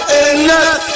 enough